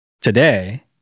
today